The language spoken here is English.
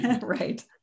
Right